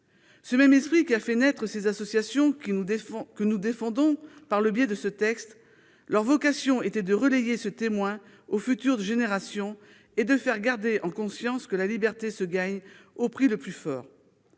ce même esprit qui a fait naître ces associations que nous défendons par le biais de ce texte. Leur vocation était de passer le témoin aux générations suivantes et de rappeler que la liberté se gagne au prix le plus fort.